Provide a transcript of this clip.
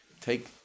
Take